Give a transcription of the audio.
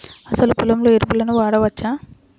అసలు పొలంలో ఎరువులను వాడవచ్చా?